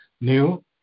new